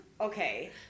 Okay